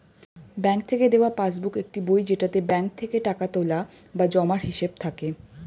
bank থেকে দেওয়া passbook একটি বই যেটাতে ব্যাঙ্ক থেকে টাকা তোলা বা জমার হিসাব থাকে